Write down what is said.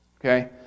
okay